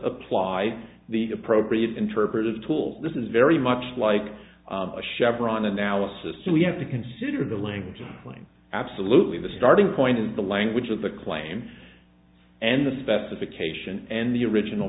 apply the appropriate interpretive tools this is very much like a chevron analysis so we have to consider the language when absolutely the starting point is the language of the claim and the specification and the original